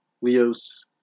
Leo's